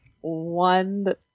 one